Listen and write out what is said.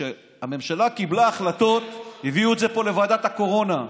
כשהממשלה קיבלה החלטות הביאו את זה פה לוועדת הקורונה,